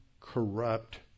corrupt